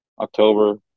October